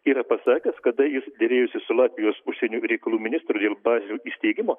yra pasakęs kada jis derėjosi su latvijos užsienio reikalų ministru ir bazių įsteigimu